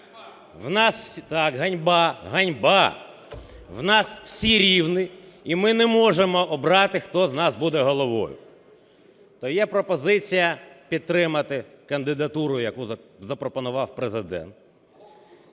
У нас всі рівні, і ми не можемо обрати, хто з нас буде головою. То є пропозиція підтримати кандидатуру, яку запропонував Президент.